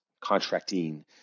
contracting